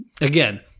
Again